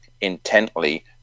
intently